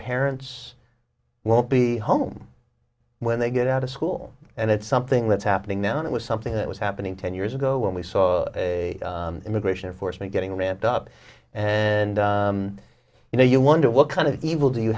parents won't be home when they get out of school and it's something that's happening now and it was something that was happening ten years ago when we saw immigration enforcement getting ramped up and you know you wonder what kind of evil do you